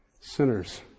sinners